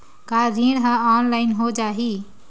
का ऋण ह ऑनलाइन हो जाही?